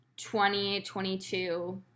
2022